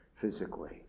physically